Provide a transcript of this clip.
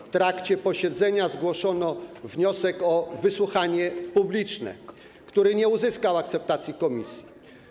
W trakcie posiedzenia zgłoszono wniosek o wysłuchanie publiczne, który nie uzyskał akceptacji komisji.